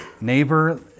neighbor